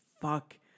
fuck